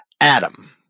Adam